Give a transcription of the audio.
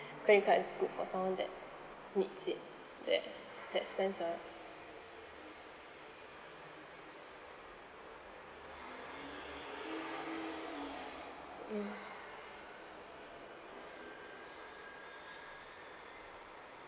credit card is good for someone that needs it that that spends a mm